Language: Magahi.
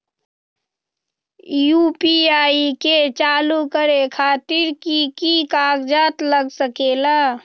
यू.पी.आई के चालु करे खातीर कि की कागज़ात लग सकेला?